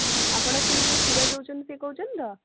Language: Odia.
ହଁ ଆପଣ ସିଏ ଯେଉଁ କ୍ଷୀର ଦେଉଛନ୍ତି ସିଏ କହୁଛନ୍ତି ତ